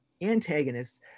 antagonists